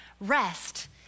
rest